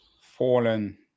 fallen